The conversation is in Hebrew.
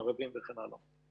ערבים וכן הלאה.